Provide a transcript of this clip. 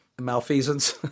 malfeasance